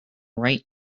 write